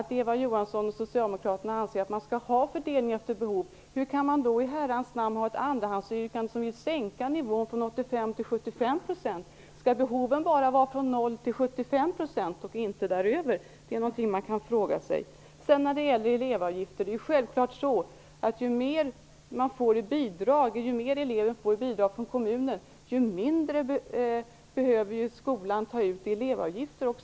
Om Eva Johansson och Socialdemokraterna anser att vi skall ha fördelning efter behov, hur i Herrans namn kan de då ha ett andrahandsyrkande som går ut på att man skall sänka nivån från 85 till 75 %? Detta undrade jag redan i mitt inledningsanförande. Skall det bara finnas behov mellan 0 och 75 % och inte däröver? Ju mer eleven får i bidrag från kommunen, desto mindre behöver självfallet skolan ta ut i elevavgifter.